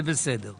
חבר הכנסת סולומון.